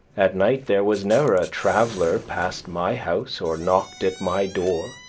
at night there was never a traveller passed my house, or knocked at my door,